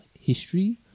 History